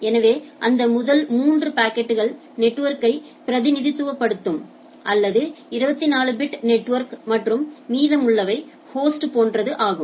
எனவே அந்த முதல் மூன்று பாக்கெட்கள் நெட்வொர்க்கை பிரதிநிதித்துவப்படுத்தும் அல்லது 24 பிட் நெட்வொர்க் மற்றும் மீதமுள்ளவை ஹோஸ்ட் போன்றது ஆகும்